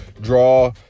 draw